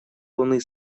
луны